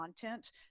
content